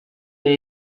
del